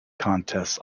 contests